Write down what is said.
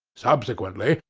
subsequently,